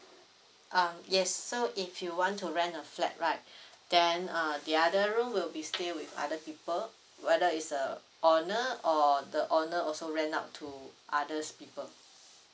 ah yes so if you want to rent a flat right then uh the other room will be stay with other people whether is uh owner or the owner also rent out to others people